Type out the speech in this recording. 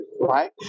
right